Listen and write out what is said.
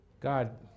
God